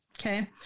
Okay